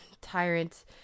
Tyrant